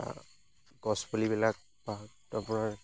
গছ পুলিবিলাক আপোনাৰ